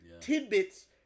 tidbits